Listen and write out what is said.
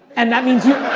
and that means you.